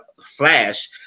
Flash